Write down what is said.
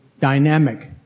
dynamic